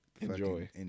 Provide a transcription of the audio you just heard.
enjoy